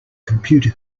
computer